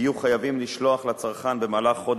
יציג את החוק